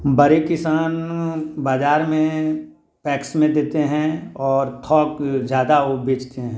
बड़े किसान बाजार में पैक्स में देते हैं और थोक ज़्यादा वो बेचते हैं